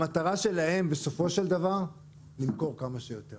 המטרה שלהם בסופו של דבר היא למכור כמה שיותר